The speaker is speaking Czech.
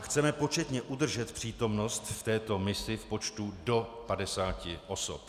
Chceme početně udržet přítomnost v této misi v počtu do 50 osob.